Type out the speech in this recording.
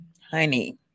honey